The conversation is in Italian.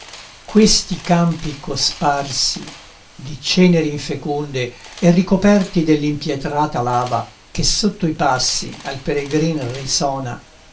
questi campi cosparsi di ceneri infeconde e ricoperti dell'impietrata lava che sotto i passi al peregrin risona